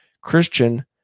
Christian